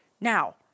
Now